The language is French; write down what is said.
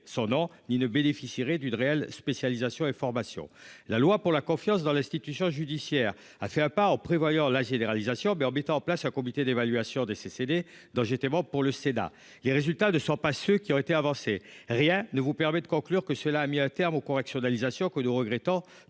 son nom ni ne bénéficierait d'une réelle spécialisation et formation la loi pour la confiance dans l'institution judiciaire a fait un pas en prévoyant la généralisation. En place à comité d'évaluation des CCD dont j'ai été moi pour le Sénat. Les résultats ne sont pas ceux qui ont été avancés. Rien ne vous permet de conclure que cela a mis un terme aux corrections égalisation que de regrettant